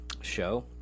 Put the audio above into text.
show